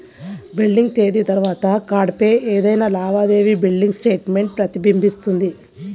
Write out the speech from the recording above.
billing తేదీ తర్వాత కార్డ్పై ఏదైనా లావాదేవీ బిల్లింగ్ స్టేట్మెంట్ ప్రతిబింబిస్తుంది